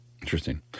Interesting